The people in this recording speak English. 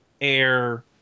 air